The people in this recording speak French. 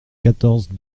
quatorze